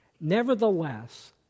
Nevertheless